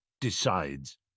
Decides